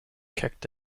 kicked